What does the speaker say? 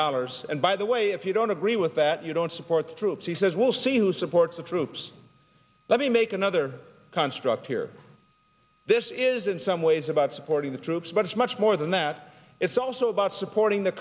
dollars and by the way if you don't agree with that you don't support the troops he says we'll see who supports the troops let me make another construct here this is in some ways about supporting the troops but it's much more than that it's also about supporting the